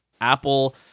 Apple